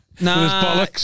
Nah